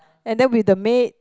and then with the maid